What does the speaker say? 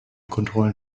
kontrollen